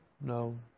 no